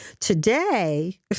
Today